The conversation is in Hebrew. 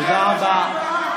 תודה רבה.